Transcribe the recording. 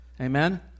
Amen